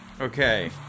Okay